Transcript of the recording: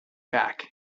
back